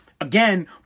again